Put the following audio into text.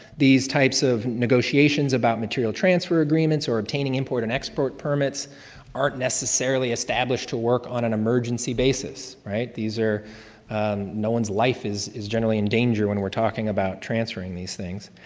these types of negotiations about material transfer agreements or obtaining import and export permits aren't necessarily established to work on an emergency basis. right? these are no one's life is is generally in danger when we're talking about transferring these things.